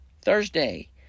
Thursday